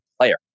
player